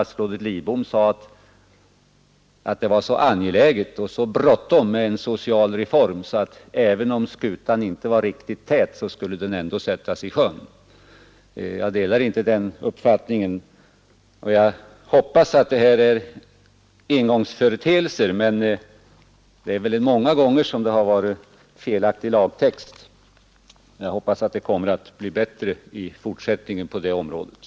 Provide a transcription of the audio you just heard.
Statsrådet Lidbom sade att det var så angeläget och så bråttom med en social reform att även om skutan inte var riktigt tät skulle den ändå sättas i sjön. Jag delar inte den uppfattningen. Jag hoppas emellertid att detta är engångsföreteelser och att det skall bli bättre i fortsättningen i detta avseende.